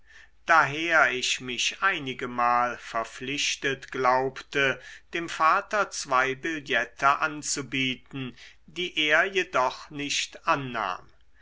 daher ich mich einigemal verpflichtet glaubte dem vater zwei billette anzubieten die er jedoch nicht annahm